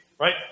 Right